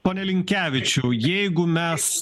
pone linkevičiau jeigu mes